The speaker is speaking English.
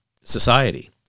society